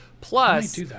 Plus